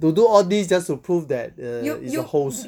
to do all these just to prove that uh it's a hoax